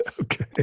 Okay